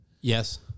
Yes